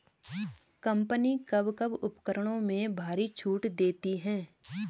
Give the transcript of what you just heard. Company कब कब उपकरणों में भारी छूट देती हैं?